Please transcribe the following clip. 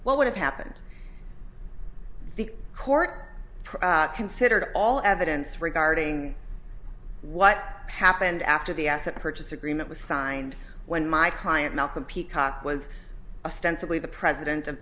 what would have happened the court considered all evidence regarding what happened after the asset purchase agreement was signed when my client malcolm peacock was offensively the president a